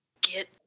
get